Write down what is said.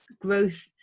growth